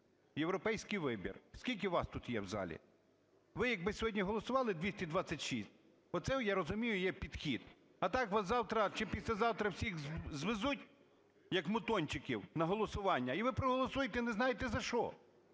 "Європейський вибір". Скільки вас тут є в залі? Ви якби сьогодні голосували 226, оце, я розумію, є підхід. А так вас завтра чи післязавтра всіх звезуть, як мутончиків, на голосування, і ви проголосуєте, і не знаєте за що.